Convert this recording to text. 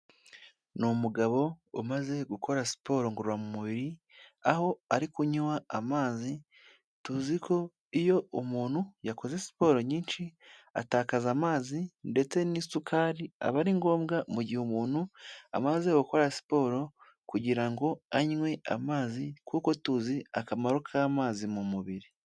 Ni umugabo umaze gukora siporo ngororamubiri, aho ari kunywa amazi, tuzi ko iyo umuntu yakoze siporo nyinshi atakaza amazi ndetse n'isukari, aba ari ngombwa mu gihe umuntu amaze gukora siporo kugira ngo anywe amazi kuko tuzi akamaro k'amazi mu mubiri.